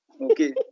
Okay